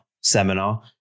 seminar